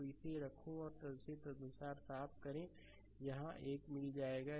तो इसे रखो और इसे तदनुसार साफ़ करें यह एक मिल जाएगा